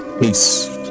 Peace